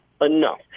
enough